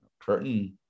curtain